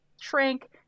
shrink